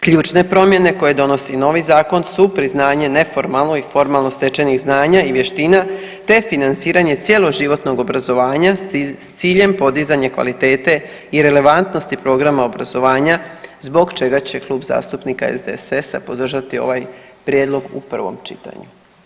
Ključne promjene koje donosi novi zakon su priznanje neformalno i formalno stečenih znanja i vještina te financiranje cjeloživotnog obrazovanja s ciljem podizanja kvalitete i relevantnosti programa obrazovanja zbog čega će Klub zastupnika SDSS-a podržati ovaj prijedlog u prvom čitanju.